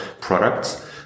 products